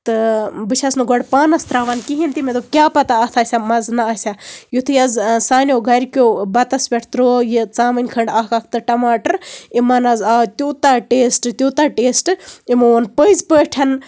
تہٕ بہٕ چھَس نہٕ گۄڈٕ پانَس تراوان کِہینۍ تہِ مےٚ دوٚپ کیاہ پَتہ اَتھ آسیا مَزٕ نہ آسیا یِتھُے حظ سانیو گرِکیو بَتَس پٮ۪ٹھ ترٲو یہِ ژامٔنۍ کھنڈ اکھ اکھ تہٕ ٹَماٹر یِمن حظ آو تیوٗتاہ ٹیسٹ تیوٗتاہ ٹیسٹ یِمو ووٚن پٔزۍ پٲٹھۍ